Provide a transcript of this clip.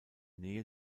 nähe